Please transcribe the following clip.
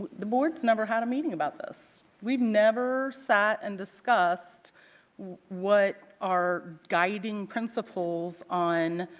the board's never had a meeting about this. we never sat and discussed what our guiding principles on